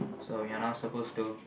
so we are now supposed to